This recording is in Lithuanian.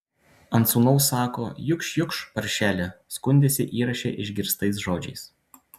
ant sūnaus sako jukš jukš paršeli skundėsi įraše išgirstais žodžiais